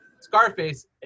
Scarface